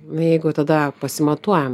jeigu tada pasimatuojam